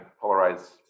polarized